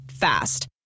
Fast